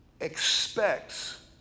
expects